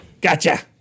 Gotcha